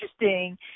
interesting